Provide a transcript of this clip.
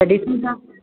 त ॾिसूं था